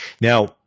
now